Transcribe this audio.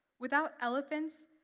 without elephants,